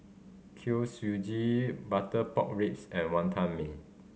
Kuih Suji butter pork ribs and Wonton Mee